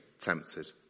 tempted